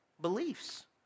beliefs